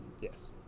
Yes